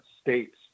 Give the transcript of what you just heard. States